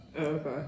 Okay